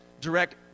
direct